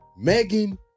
Megan